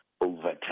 overtime